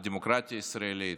הדמוקרטיה הישראלית,